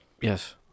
Yes